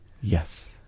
Yes